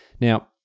Now